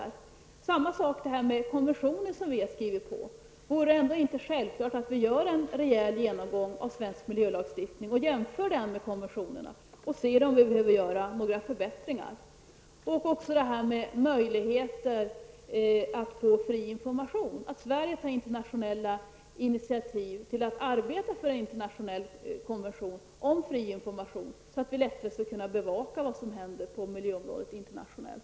Detsamma gäller i fråga om konventioner som vi i Sverige har skrivit på. Vore det inte självklart att vi gör en rejäl genomgång av svensk miljölagstifning och jämför den med konventionerna och ser om vi behöver göra några förbättringar? Beträffande möjligheten att få fri information undrar jag om det inte vore bra om Sverige tog internationella intiativ till att arbeta för en internationell konvention om fri information, så att vi lättare kan bevaka vad som händer internationellt på miljöområdet.